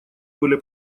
были